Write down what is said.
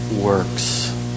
works